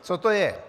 Co to je?